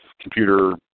computer